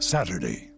Saturday